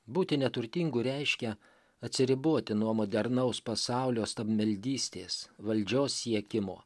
būti neturtingu reiškia atsiriboti nuo modernaus pasaulio stabmeldystės valdžios siekimo